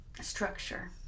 Structure